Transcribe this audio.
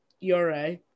ERA